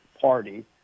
party